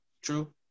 True